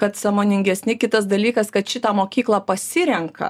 kad sąmoningesni kitas dalykas kad šitą mokyklą pasirenka